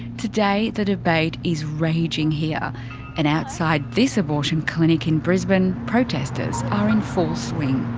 today the debate is raging here and outside this abortion clinic in brisbane, protesters are in full swing.